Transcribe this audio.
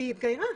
היא התגיירה.